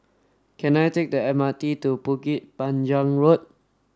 can I take the M R T to Bukit Panjang Road